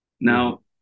Now